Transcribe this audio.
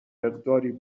مقداری